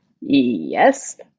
yes